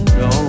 no